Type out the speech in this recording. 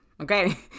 okay